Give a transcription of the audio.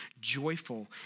joyful